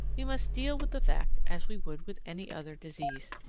we must deal with the fact as we would with any other disease.